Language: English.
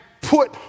put